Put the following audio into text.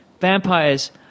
vampires